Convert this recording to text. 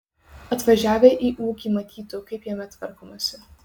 atvažiavę į ūkį matytų kaip jame tvarkomasi